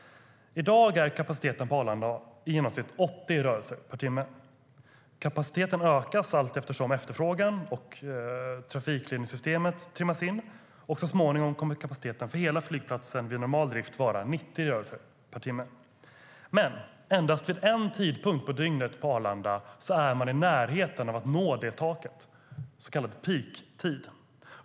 I dag är kapaciteten på Arlanda i genomsnitt 80 rörelser per timme. Kapaciteten ökas allteftersom efterfrågan stiger och trafikledningssystemet trimmas in, och så småningom kommer kapaciteten för hela flygplatsen att vara 90 rörelser per timme vid normal drift. Men det är endast vid en tidpunkt på dygnet som man på Arlanda är i närheten av att nå det taket - den så kallade peaktiden.